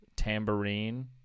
Tambourine